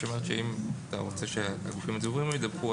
היא אומרת שאם אתה רוצה שהגופים הציבוריים ידווחו,